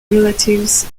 relatives